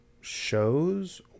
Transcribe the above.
shows